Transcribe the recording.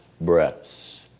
breaths